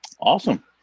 Awesome